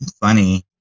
funny